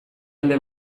alde